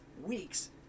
weeks